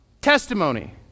testimony